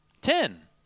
Ten